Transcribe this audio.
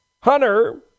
Hunter